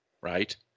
right